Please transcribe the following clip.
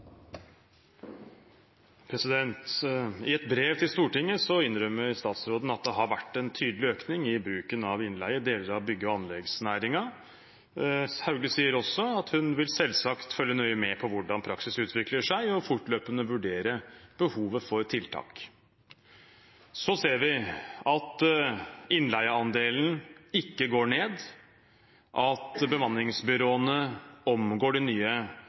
lærlingen. I et brev til Stortinget innrømmer statsråden at det har vært en tydelig økning i bruken av innleie i deler av bygge- og anleggsnæringen. Statsråd Hauglie sier også at hun selvsagt vil følge nøye med på hvordan praksis utvikler seg, og fortløpende vurdere behovet for tiltak. Så ser vi at innleieandelen ikke går ned, og at bemanningsbyråene omgår de nye